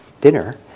dinner